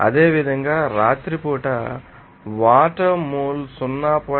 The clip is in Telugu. అదేవిధంగా రాత్రిపూట వాటర్ మోల్ 0